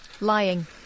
Lying